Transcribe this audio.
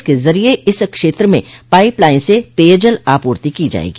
इसके जरिये इस क्षेत्र में पाईप लाईन से पेयजल आपूर्ति की जायेगी